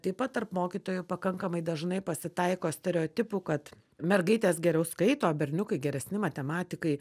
taip pat tarp mokytojų pakankamai dažnai pasitaiko stereotipų kad mergaitės geriau skaito o berniukai geresni matematikai